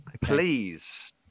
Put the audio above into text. Please